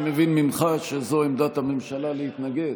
אני מבין ממך שזאת עמדת הממשלה: להתנגד.